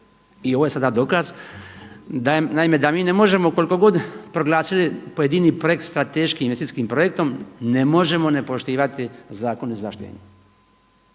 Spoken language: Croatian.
I ovo je sada dokaz, da, naime mi ne možemo koliko god proglasili pojedini projekt strateškim investicijskim projektom ne možemo ne poštivati Zakon o izvlaštenju.